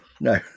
No